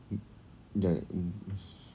mm jap mm those